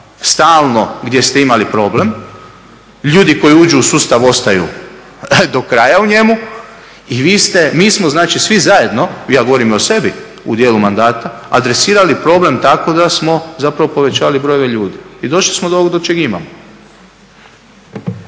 stalno gdje ste imali problem. Ljudi koji uđu u sustav ostaju do kraja u njemu i vi ste, mi smo znači svi zajedno, ja govorim i o sebi u dijelu mandata adresirali problem tako da smo zapravo povećavali brojeve ljudi i došli smo do ovog do čeg imamo.